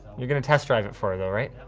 you're gonna test drive it for her though, right